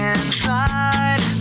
inside